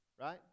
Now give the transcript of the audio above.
right